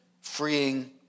freeing